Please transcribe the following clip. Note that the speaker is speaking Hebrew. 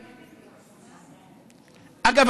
אגב,